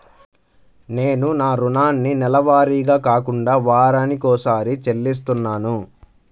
నేను నా రుణాన్ని నెలవారీగా కాకుండా వారానికోసారి చెల్లిస్తున్నాను